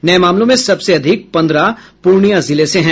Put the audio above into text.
नये मामलों में सबसे अधिक पन्द्रह पूर्णियां जिले से हैं